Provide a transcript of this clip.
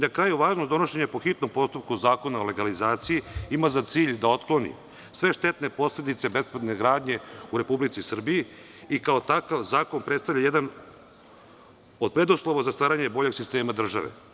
Na kraju važnost donošenja po hitnom postupku zakona o legalizaciji ima za cilj da otkloni sve štetne posledice bespravne gradnje u Republici Srbiji i kao takav zakon predstavlja jedan od preduslova za stvaranje boljeg sistema države.